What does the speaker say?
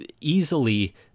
easily